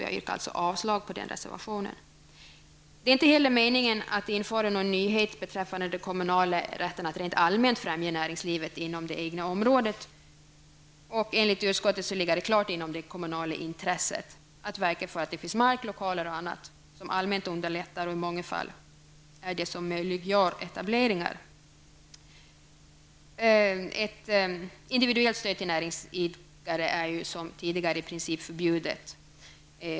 Jag yrkar därför avslag på reservation Det är inte heller meningen att införa någon nyhet beträffande den kommunala rätten att rent allmänt främja näringslivet inom det egna området. Enligt utskottet ligger det klart inom det kommunala intresset att verka för att det finns mark, lokaler och annat som allmänt underlättar och i många fall möjliggör etableringar. Ett individuellt stöd till näringsidkare blir som tidigare i princip förbjudet.